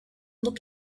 look